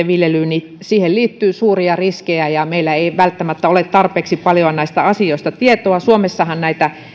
viljelyyn liittyy suuria riskejä ja meillä ei välttämättä ole tarpeeksi paljon tietoa näistä asioista suomessahan näitä